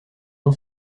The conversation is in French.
non